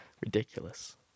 Ridiculous